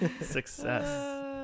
Success